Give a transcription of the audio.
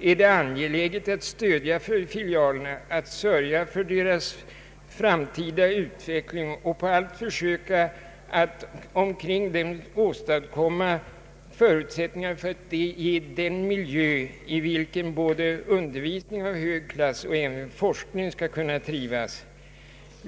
är det angeläget att stödja filialerna, att sörja för deras framtida utveckling och att på allt sätt försöka att omkring dem åstadkomma förutsättningar som kan ge den miljö i vilken både undervisning av hög klass och forskning skall kunna trivas.